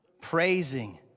praising